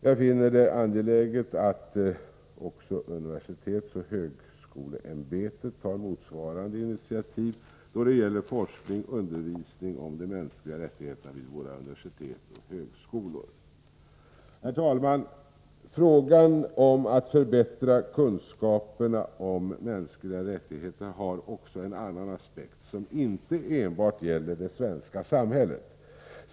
Jag finner det angeläget att också universitetsoch högskoleämbetet tar motsvarande initiativ då det gäller forskning och undervisning om de mänskliga rättigheterna vid våra universitet och högskolor. Herr talman! Frågan om att förbättra kunskaperna om de mänskliga rättigheterna har också en annan aspekt som inte enbart gäller det svenska samhället.